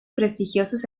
prestigiosos